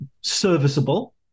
serviceable